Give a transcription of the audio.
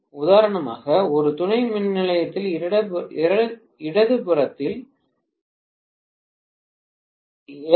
உதாரணமாக ஒரு துணை மின்நிலையத்தில் இடதுபுறத்தில் எல்